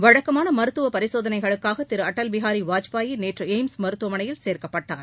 வழக்கமான மருத்துவ பரிசோதனைகளுக்காக திரு அடல் பிஹாரி வாஜ்பேயி நேற்று எய்ம்ஸ் மருத்துவமனையில் சேர்க்கப்பட்டார்